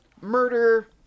murder